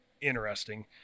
interesting